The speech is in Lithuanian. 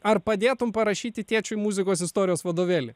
ar padėtum parašyti tėčiui muzikos istorijos vadovėlį